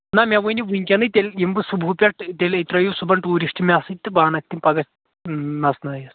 نہ مےٚ ؤنِو ؤنۍکٮ۪نٕے تیٚلہِ یِمہٕ بہٕ صُبح پٮ۪ٹھ تیٚلہِ ترٲیِو صُبَحَن ٹوٗرِسٹ مےٚ سۭتۍ تہٕ بہٕ اَنکھ تِم پَگاہ نَژنٲوِتھ